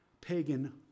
pagan